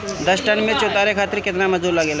दस टन मिर्च उतारे खातीर केतना मजदुर लागेला?